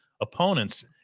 opponents